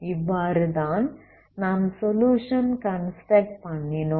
இவ்வாறு தான் நாம் சொலுயுஷன் கன்ஸ்ட்ரக்ட் பண்ணினோம்